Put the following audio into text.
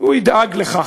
הוא ידאג לך,